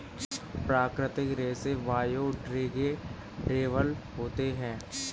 प्राकृतिक रेसे बायोडेग्रेडेबल होते है